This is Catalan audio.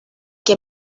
que